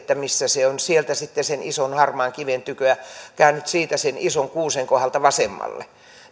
missä se on sieltä sitten sen ison harmaan kiven tyköä käännyt sen ison kuusen kohdalta vasemmalle